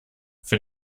für